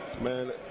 Man